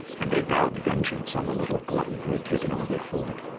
and they vowed vengeance on the little glutton who had taken all their food.